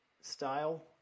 style